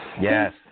Yes